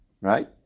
Right